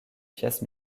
pièce